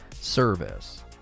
service